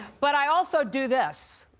but i also do this,